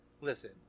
Listen